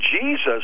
Jesus